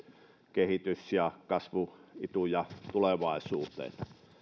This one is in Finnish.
kehitys ja kasvuituja tulevaisuuteen kolme